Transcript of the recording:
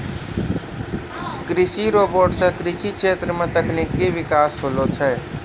कृषि रोबोट सें कृषि क्षेत्र मे तकनीकी बिकास होलो छै